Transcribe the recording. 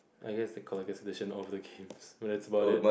I guess the collection editions of the games that's about it